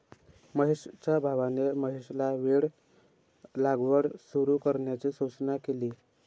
महेशच्या भावाने महेशला वेल लागवड सुरू करण्याची सूचना केली